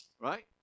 Right